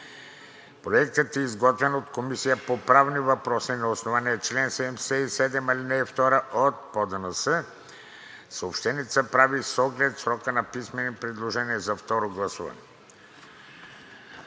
Проектът е изготвен от Комисията по правни въпроси на основание чл. 77, ал. 2 от ПОДНС. Съобщението се прави с оглед срока за писмени предложения за второ гласуване.